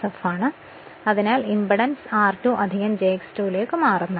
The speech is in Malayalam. ആവൃത്തി മാറിക്കൊണ്ടിരിക്കുന്നു അതിനാൽ ഇംപെഡൻസ് r2 jX2 ലേക്ക് മാറുന്നു